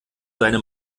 seine